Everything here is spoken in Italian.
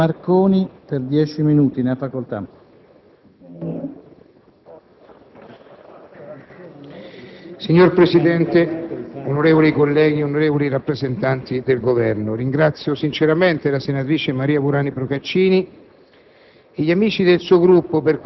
Signor Presidente, onorevoli colleghi, onorevoli rappresentanti del Governo, ringrazio sinceramente la senatrice Maria Burani Procaccini